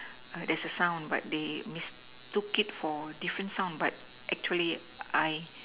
err there's a sound but they mistook it for different sound but actually I